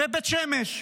בבית שמש.